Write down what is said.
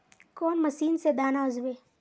कौन मशीन से दाना ओसबे?